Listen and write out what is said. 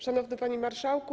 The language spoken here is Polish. Szanowny Panie Marszałku!